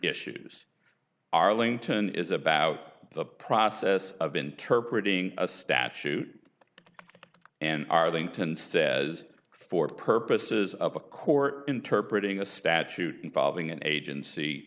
issues arlington is about the process of interpretating a statute and arlington says for purposes of a court interpret ing a statute involving an agency